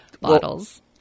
bottles